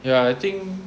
ya I think